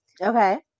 Okay